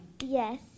Yes